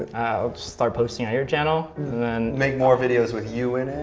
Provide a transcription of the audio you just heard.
i'll start posting on your channel. then make more videos with you in it?